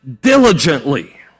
diligently